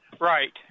Right